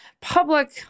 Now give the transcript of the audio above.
public